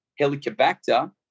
helicobacter